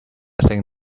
think